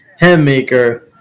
handmaker